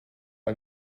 are